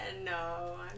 no